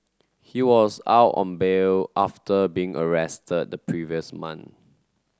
he was out on bail after being arrested the previous month